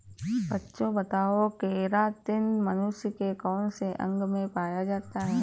बच्चों बताओ केरातिन मनुष्य के कौन से अंग में पाया जाता है?